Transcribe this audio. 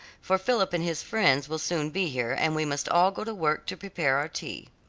for philip and his friends will soon be here and we must all go to work to prepare our tea.